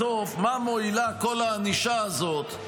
בסוף מה מועילה כל הענישה הזאת,